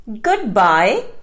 Goodbye